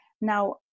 Now